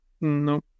No